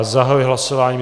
Zahajuji hlasování.